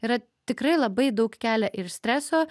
yra tikrai labai daug kelia ir streso